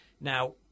Now